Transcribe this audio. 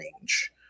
range